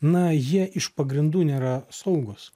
na jie iš pagrindų nėra saugūs